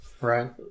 right